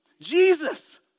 Jesus